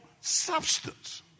substance